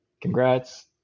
congrats